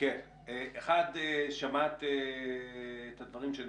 שמעת את הדברים שנאמרו,